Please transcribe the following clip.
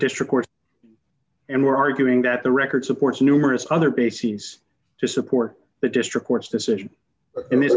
court and we're arguing that the record supports numerous other bases to support the district court's decision